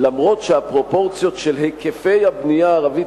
אף-על-פי שהפרופורציות של היקף הבנייה הערבית